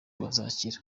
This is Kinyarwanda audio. bazakira